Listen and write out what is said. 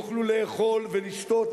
יוכלו לאכול ולשתות,